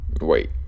Wait